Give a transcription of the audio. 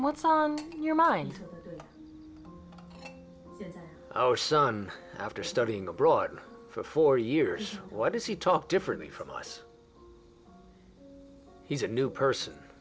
what's on your mind our son after studying abroad for four years what does he talk differently from us he's a new person